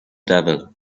devil